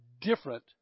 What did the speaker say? different